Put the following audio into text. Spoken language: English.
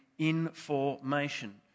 Information